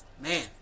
Man